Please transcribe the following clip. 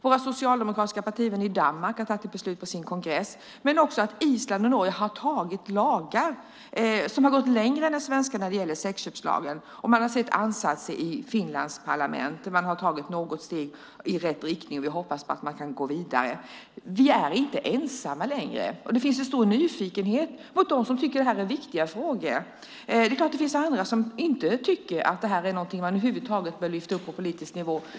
Våra socialdemokratiska partivänner i Danmark har tagit ett beslut om detta på sin kongress, och Island och Norge har antagit lagar om sexköp som går längre än den svenska. Vi har också sett ansatser i Finlands parlament, där man har tagit ett litet steg i rätt riktning, och vi hoppas att man kan gå vidare. Vi är inte ensamma längre. Det finns en stor nyfikenhet hos dem som tycker att detta är viktiga frågor. Det är klart att det finns andra som inte tycker att detta är något som över huvud taget bör lyftas upp på politisk nivå.